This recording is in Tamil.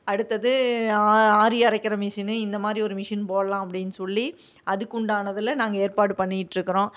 அடுத்தது ஆரி அரைக்கிற மிஷினு இந்த மாதிரி ஒரு மிஷின் போடலாம் அப்படின்னு சொல்லி அதுக்கு உண்டானதெல்லாம் நாங்கள் ஏற்பாடு பண்ணிகிட்ருக்கறோம்